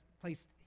placed